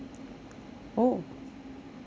oh oh